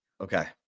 Okay